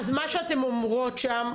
אז מה שאתן אומרות שם,